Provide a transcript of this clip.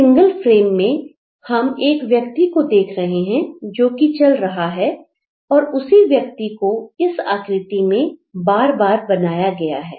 इस single frame में हम एक व्यक्ति को देख रहे हैं जो कि चल रहा है और उसी व्यक्ति को इस आकृति में बार बार बनाया गया है